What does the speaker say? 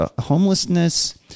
homelessness